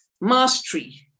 mastery